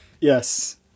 Yes